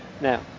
Now